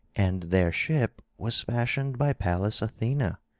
and their ship was fashioned by pallas athena,